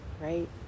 right